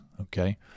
okay